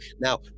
Now